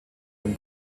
dem